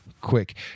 quick